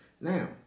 Now